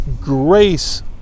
grace